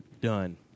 done